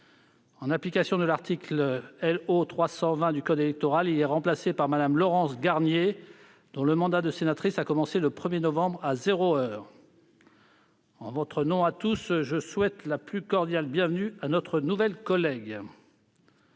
En application de l'article L.O. 320 du code électoral, il est remplacé par Mme Laurence Garnier, dont le mandat de sénatrice a commencé le 1 novembre, à zéro heure. En notre nom à tous, je souhaite la plus cordiale bienvenue à notre nouvelle collègue.